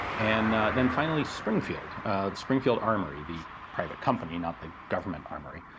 and then finally. springfield springfield armory the private company, not the government armoury,